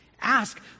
Ask